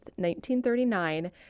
1939